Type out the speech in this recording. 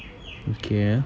okay